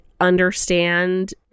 understand